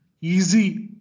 Easy